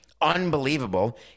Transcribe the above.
Unbelievable